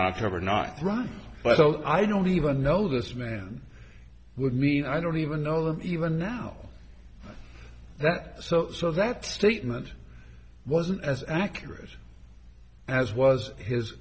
october not right but so i don't even know this man would mean i don't even know him even now that so so that statement wasn't as accurate as was his